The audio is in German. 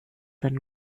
einen